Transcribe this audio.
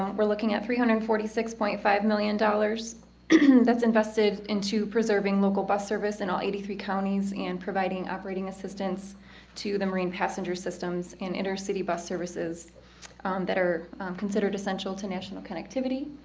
we're looking at three hundred forty six point five million dollars that's invested into preserving local bus service in all eighty three counties and providing operating assistance to the marine passenger systems and intercity bus services that are considered essential to national connectivity